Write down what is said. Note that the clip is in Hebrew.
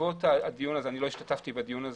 לא השתתפתי בו.